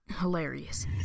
hilarious